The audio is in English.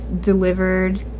delivered